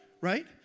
Right